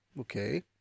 Okay